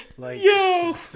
Yo